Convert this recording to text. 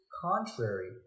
contrary